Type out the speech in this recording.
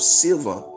silver